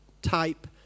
type